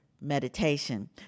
meditation